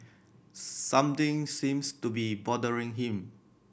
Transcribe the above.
something seems to be bothering him